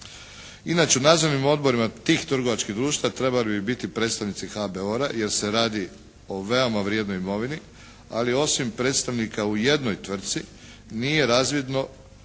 Inače u nadzornim odborima tih trgovačkih društava trebali bi biti predstavnici HBOR-a jer se radi o veoma vrijednoj imovini, ali osim predstavnika u jednoj tvrtci nije razvidno